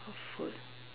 what food